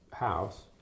House